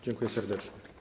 Dziękuję serdecznie.